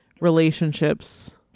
relationships